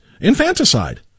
Infanticide